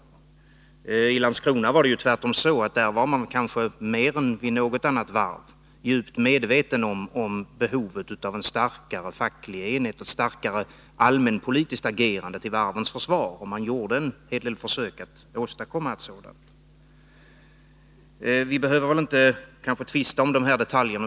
Vid Landskronavarvet var det tvärtom så, att man kanske mer än vid något annat varv var djupt medveten om behovet av en starkare facklig enighet, ett starkare allmänpolitiskt agerande till varvens försvar, och man gjorde en hel del försök att åstadkomma detta. Vi behöver kanske inte tvista om de här detaljerna.